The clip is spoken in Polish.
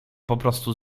poprostu